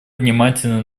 внимательно